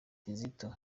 kitoko